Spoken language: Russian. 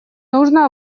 нужно